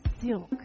silk